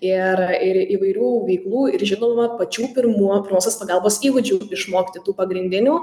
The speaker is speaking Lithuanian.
ir ir įvairių veiklų ir žinoma pačių pirmųjų paprastos pagalbos įgūdžių išmokti tų pagrindinių